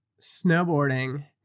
snowboarding